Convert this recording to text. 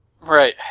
Right